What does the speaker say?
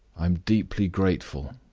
i am deeply grateful,